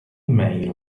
made